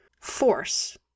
force